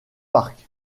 park